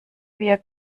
wir